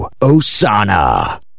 Osana